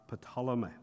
Ptolemy